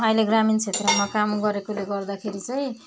अहिले ग्रामिण क्षेत्रमा काम गरेकोले गर्दाखेरि चाहिँ